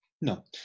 No